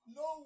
no